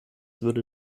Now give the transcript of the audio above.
würde